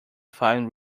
fine